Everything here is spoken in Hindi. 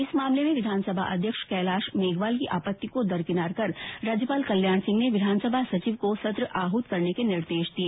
इस मामले में विधानसभा अध्यक्ष कैलाश मेघवाल की आपत्ति को दरकिनार कर राज्यपाल कल्याण सिंह ने विधानसभा सचिव को सत्र आहत करने के निर्देश दिए